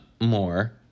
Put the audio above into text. more